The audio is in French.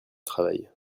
travail